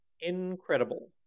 Incredible